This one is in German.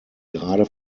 gerade